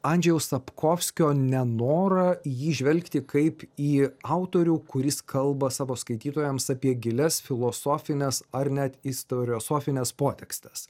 andžejaus sapkovskio nenorą į jį žvelgti kaip į autorių kuris kalba savo skaitytojams apie gilias filosofines ar net istoriosofines potekstes